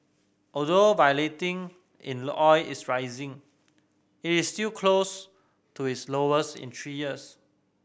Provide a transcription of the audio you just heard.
although volatility in oil is rising it is still close to its lowest in three years